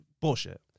Bullshit